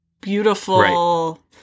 beautiful